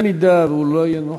אם הוא לא יהיה נוכח,